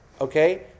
Okay